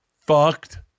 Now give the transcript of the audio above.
fucked